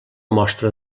mostra